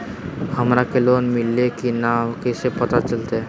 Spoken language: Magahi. हमरा के लोन मिल्ले की न कैसे पता चलते?